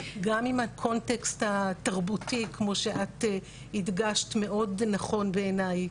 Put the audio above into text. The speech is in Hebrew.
גם אם הקונטקסט התרבותי כמו שאת הדגשת מאד נכון בעיניי,